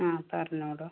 ആ പറഞ്ഞോടോ